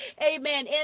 amen